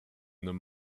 them